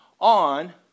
on